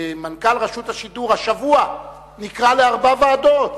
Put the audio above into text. מנכ"ל רשות השידור נקרא השבוע לארבע ועדות.